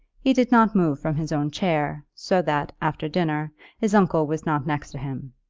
he did not move from his own chair, so that, after dinner, his uncle was not next to him.